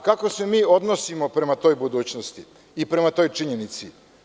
Kako se mi odnosimo prema toj budućnosti i prema toj činjenici?